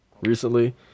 recently